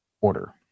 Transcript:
order